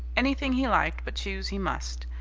anything he liked but choose he must.